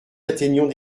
atteignons